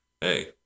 Hey